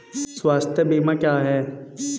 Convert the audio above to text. स्वास्थ्य बीमा क्या है?